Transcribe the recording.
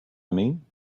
mean